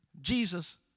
Jesus